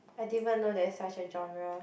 I dindn't even know there's such a genre